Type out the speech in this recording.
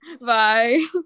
Bye